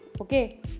okay